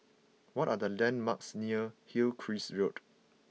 what are the landmarks near Hillcrest Road